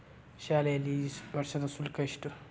ಶಾಲೆಯಲ್ಲಿ ಈ ವರ್ಷದ ಶುಲ್ಕ ಎಷ್ಟು?